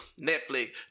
Netflix